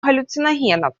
галлюциногенов